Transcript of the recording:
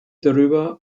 darüber